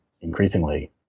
increasingly